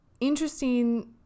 Interesting